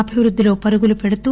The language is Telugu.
అభివృద్దిలో పరుగులు పెడుతూ